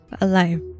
alive